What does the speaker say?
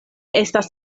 estas